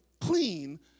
clean